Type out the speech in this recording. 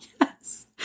Yes